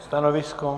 Stanovisko?